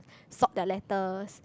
sort their letters